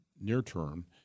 near-term